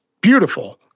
beautiful